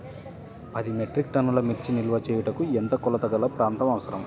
పది మెట్రిక్ టన్నుల మిర్చి నిల్వ చేయుటకు ఎంత కోలతగల ప్రాంతం అవసరం?